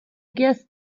guest